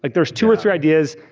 like thereas two or three ideas,